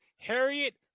Harriet